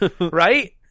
Right